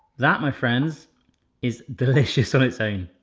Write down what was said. that my friends is delicious so insane,